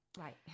Right